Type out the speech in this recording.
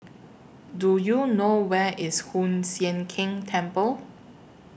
Do YOU know Where IS Hoon Sian Keng Temple